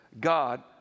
God